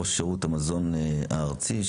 ראש שירות המזון הארצי,